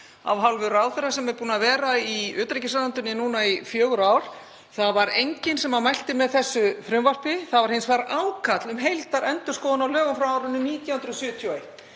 af hálfu ráðherra sem er búinn að vera í utanríkisráðuneytinu núna í fjögur ár. Það var enginn sem mælti með þessu frumvarpi en það var hins vegar ákall um heildarendurskoðun á lögum frá árinu 1971.